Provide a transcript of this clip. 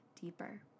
deeper